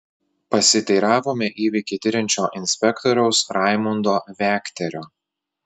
pasiteiravome įvykį tiriančio inspektoriaus raimundo vekterio